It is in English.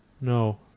No